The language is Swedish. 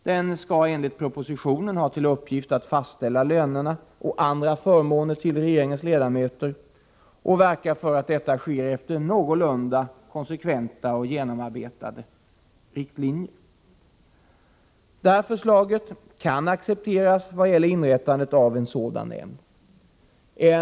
Den skall enligt propositionen ha till uppgift att fastställa löner och andra förmåner till regeringens ledamöter och verka för att detta sker efter genomarbetade riktlinjer. Förslaget om inrättande av en sådan nämnd kan accepteras.